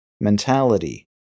mentality